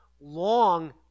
long